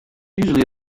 usually